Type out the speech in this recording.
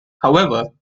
however